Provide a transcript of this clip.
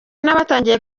n’abatangiye